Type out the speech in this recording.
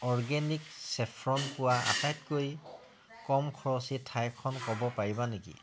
organic saffron পোৱা আটাইতকৈ কম খৰচী ঠাইখন ক'ব পাৰিবা নেকি